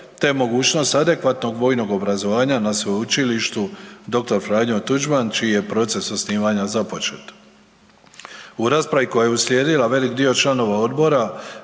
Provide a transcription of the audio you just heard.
te mogućnost adekvatnog vojnog obrazovanja na Sveučilištu Dr. Franju Tuđman čiji je proces osnivanja započet. U rasprava koja je uslijedila velik dio članova odbora